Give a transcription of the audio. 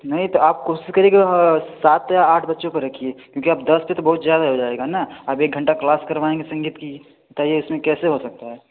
नहीं तो आप कोशिश करिएगा सात या आठ बच्चों को रखिए क्योंकि दस पर बहुत ज़्यादा हो जाएगा ना आप एक घंटा कलास करवाएँगे संगीत की बताइए उसमें कैसे हो सकता है